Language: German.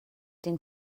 den